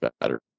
better